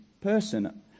person